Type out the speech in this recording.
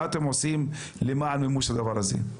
מה אתם עושים למען מימוש הדבר הזה?